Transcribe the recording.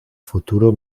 futuro